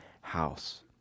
house